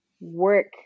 work